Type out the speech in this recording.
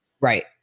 Right